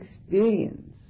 experience